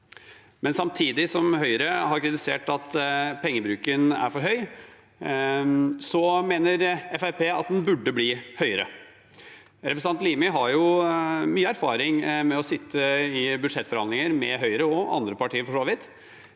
Samtidig som Høyre har kritisert at pengebruken er for høy, mener Fremskrittspartiet at den burde bli høyere. Representanten Limi har mye erfaring med å sitte i budsjettforhandlinger med Høyre, og andre partier, for så vidt,